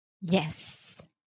Yes